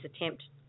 attempt